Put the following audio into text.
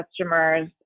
customers